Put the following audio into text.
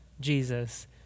Jesus